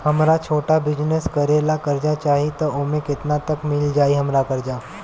हमरा छोटा बिजनेस करे ला कर्जा चाहि त ओमे केतना तक मिल जायी हमरा कर्जा?